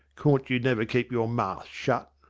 cawn't you never keep your mahth shut?